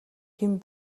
хэн